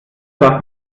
darf